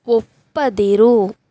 ಒಪ್ಪದಿರು